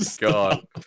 God